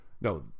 No